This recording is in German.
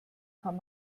kann